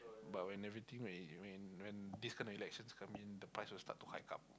but when everything when when when this kind of elections coming the price will start to hike up